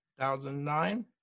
2009